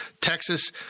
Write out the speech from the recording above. Texas